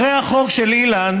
אחרי החוק של אילן